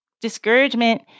Discouragement